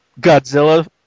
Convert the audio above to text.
Godzilla